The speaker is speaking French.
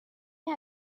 est